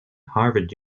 harvard